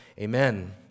amen